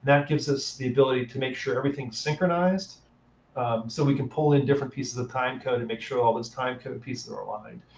gives us the ability to make sure everything's synchronized so we can pull in different pieces of timecode and make sure all those timecode pieces are aligned.